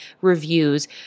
reviews